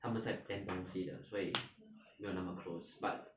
他们在 plan 东西的所以没有那么 close but